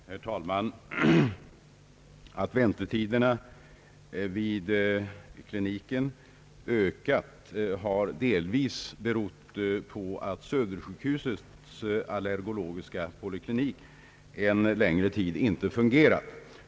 Herr talman! Att väntetiderna vid kliniken ökat har delvis berott på att Södersjukhusets allergologiska poliklinik en längre tid inte fungerat.